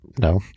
No